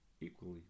equally